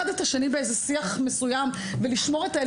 את השני באיזה שיח מסוים ולשמור את העלבונות.